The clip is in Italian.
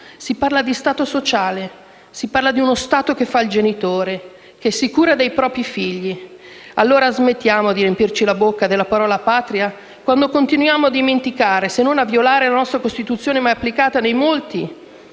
si parla di Stato sociale, si parla di uno Stato che fa il genitore e che si cura dei propri figli. Allora smettiamo di riempirci la bocca con la parola "patria", quando continuiamo a dimenticare, se non a violare, la nostra Costituzione, mai applicata in molti